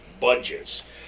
budgets